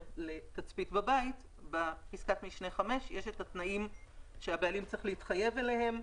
לתצפית בבית בפסקת משנה (5) יש התנאים שהבעלים צריך להתחייב אליהם: